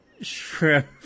shrimp